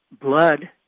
blood